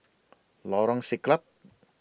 Lorong Siglap